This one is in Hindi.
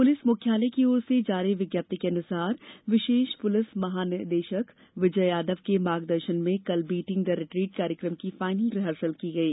पुलिस मुख्यालय की ओर से जारी विज्ञप्ति के अनुसार विशेष पुलिस महानिदेशक विजय यादव के मार्गदर्शन में कल बीटिंग द रिट्रीट कार्यक्रम की फायनल रिहर्सल की गई